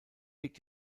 liegt